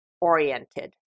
oriented